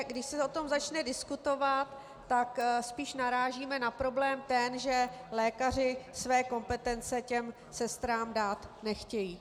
Když se o tom začne diskutovat, tak spíše narážíme na problém ten, že lékaři své kompetence těm sestrám dát nechtějí.